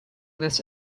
this